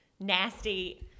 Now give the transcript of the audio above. nasty